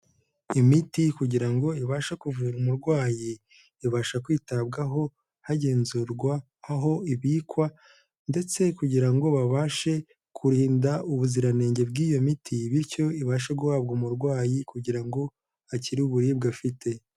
Imiti kugira ngo ibashe kuvura umurwayi, ibasha kwitabwaho hagenzurwa aho ibikwa ndetse kugira ngo babashe kurinda ubuziranenge bw'iyo miti bityo ibashe guhabwa umurwayi kugira ngo akire uburibwe afite.